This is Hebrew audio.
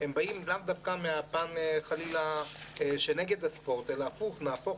באים לאו דווקא מהפן נגד הספורט אלא נהפוך הוא,